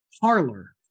Parlor